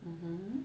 mmhmm